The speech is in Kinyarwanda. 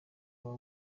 kuba